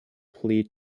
plea